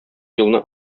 елны